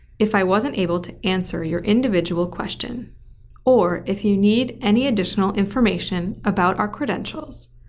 if i wasn't able to answer your individual question or if you need any additional information about our credentials,